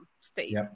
state